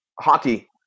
hockey